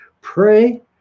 pray